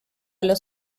los